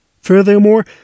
Furthermore